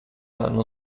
non